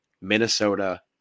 Minnesota